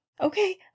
Okay